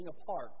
apart